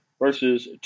versus